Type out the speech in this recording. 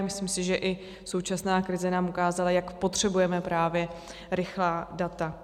Myslím si, že i současná krize nám ukázala, jak potřebujeme právě rychlá data.